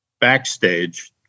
backstage